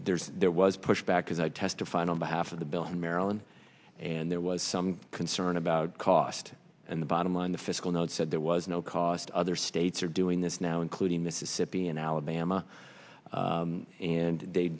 there's there was pushback as i testified on behalf of the bill in maryland and there was some concern about cost and the bottom line the fiscal note said there was no cost other states are doing this now including mississippi and alabama and they